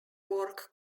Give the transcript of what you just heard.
work